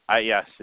Yes